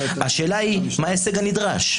השאלה היא מה ההישג הנדרש?